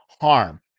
harm